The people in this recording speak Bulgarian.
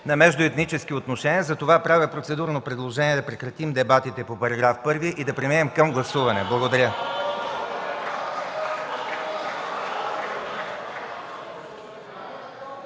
и междуетнически отношения. Затова правя процедурно предложение да прекратим дебатите по § 1 и да преминем към гласуване. (Възгласи